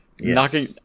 knocking